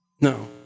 No